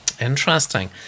Interesting